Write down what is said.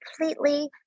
completely